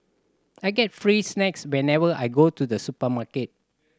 I get free snacks whenever I go to the supermarket